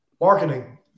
Marketing